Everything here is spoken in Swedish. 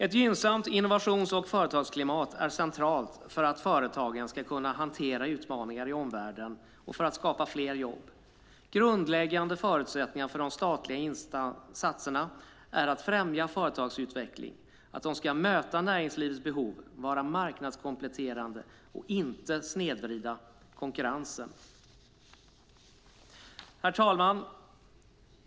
Ett gynnsamt innovations och företagsklimat är centralt för att företagen ska kunna hantera utmaningar i omvärlden och för att skapa fler jobb. Grundläggande förutsättningar för de statliga insatserna är att främja företagsutveckling, att de ska möta näringslivets behov, vara marknadskompletterande och inte snedvrida konkurrensen. Herr talman!